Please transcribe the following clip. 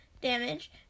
damage